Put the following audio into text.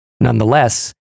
Nonetheless